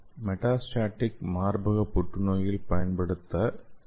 metastatic மார்பக புற்றுநோயில் பயன்படுத்த எஃப்